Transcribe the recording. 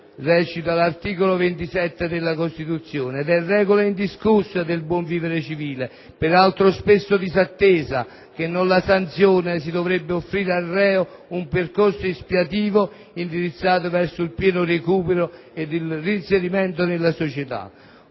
di umanità». È, inoltre, regola indiscussa del buon vivere civile, peraltro spesso disattesa, che nella sanzione si dovrebbe offrire al reo un percorso espiativo indirizzato verso il pieno recupero ed il reinserimento nella società.